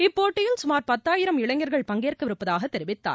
இப்போட்டியில் சுமார் பத்தாயிரம் இளைஞர்கள் பங்கேற்கவிருப்பதாக தெரிவித்தார்